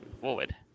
Forward